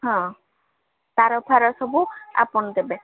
ହଁ ତାର ଫାର ସବୁ ଆପଣ ଦେବେ